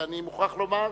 ואני מוכרח לומר,